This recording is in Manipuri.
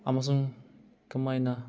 ꯑꯃꯁꯨꯡ ꯀꯃꯥꯏꯅ